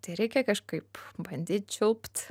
tai reikia kažkaip bandyt čiulpt